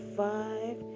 five